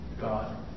God